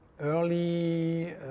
early